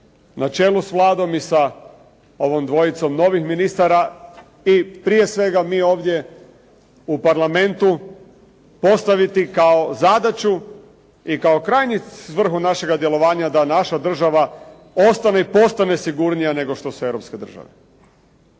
na čelu s Vladom i sa ovom dvojicom novih ministara i prije svega mi ovdje u Parlamentu, postaviti kao zadaću i kao krajnju svrhu našega djelovanja da naša država ostane i postane sigurnija nego što su Europske države.